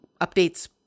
updates